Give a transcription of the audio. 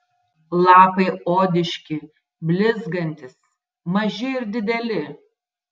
lapai odiški blizgantys maži ir dideli